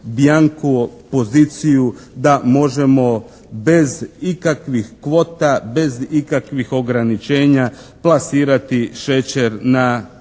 bjanko poziciju da možemo bez ikakvih kvota, bez ikakvih ograničenja plasirati šećer na